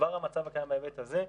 כבר המצב הקיים בהיבט הזה,